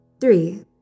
Three